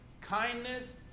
kindness